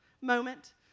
moment